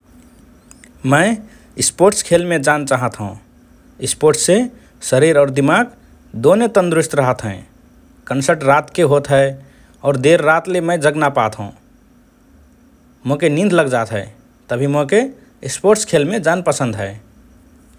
मए स्पोर्ट्स खेलमे जान चाहत हओं । स्पोर्ट्ससे शरीर और दिमाक दोने तन्दुरुस्त रहत हए । कन्सर्ट रातके होत हए और देर रातले मए जग ना पात हओं मोके निध लग्जात हए । तभि मोके स्पोर्ट्स खेलमे जान पसन्द हए ।